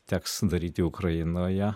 teks daryti ukrainoje